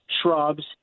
shrubs